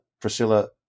Priscilla